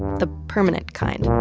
the permanent kind.